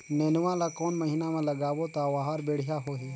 नेनुआ ला कोन महीना मा लगाबो ता ओहार बेडिया होही?